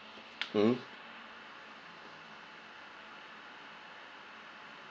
mmhmm